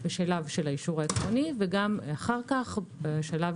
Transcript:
שלב האישור העקרוני וגם אחר כך בשלב